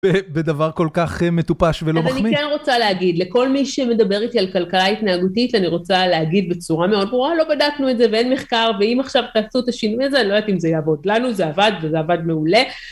בדבר כל כך מטופש ולא מחמיא. אבל אני כן רוצה להגיד, לכל מי שמדבר איתי על כלכלה התנהגותית, אני רוצה להגיד בצורה מאוד ברורה, לא בדקנו את זה ואין מחקר, ואם עכשיו תעשו את השינוי הזה, אני לא יודעת אם זה יעבוד. לנו זה עבד וזה עבד מעולה.